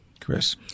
Chris